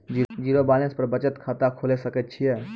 Zero balance पर बचत खाता खोले सकय छियै?